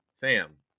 Fam